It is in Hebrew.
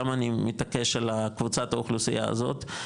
למה אני מתעקש על קבוצת האוכלוסייה הזאת?